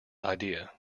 idea